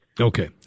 Okay